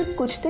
could